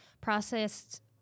Processed